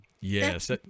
Yes